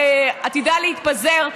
עתידה להתפזר.